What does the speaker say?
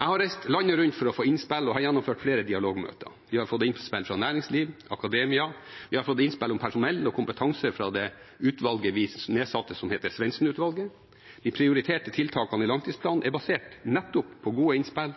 Jeg har reist landet rundt for å få innspill og har gjennomført flere dialogmøter. Vi har fått innspill fra næringsliv og akademia. Vi har fått innspill om personell og kompetanse fra det utvalget vi nedsatte, Svendsen-utvalget. De prioriterte tiltakene i langtidsplanen er basert nettopp på gode innspill,